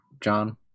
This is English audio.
John